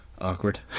awkward